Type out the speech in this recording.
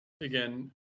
again